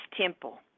temple